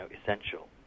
essential